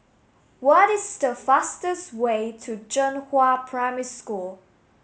what is the fastest way to Zhenghua Primary School